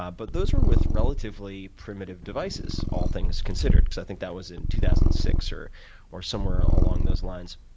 ah but those are with relatively primitive devices, all things considered, because i think that was in two thousand and six or or somewhere along those lines.